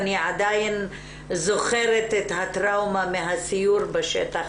אני עדיין זוכרת את הטראומה מהסיור בשטח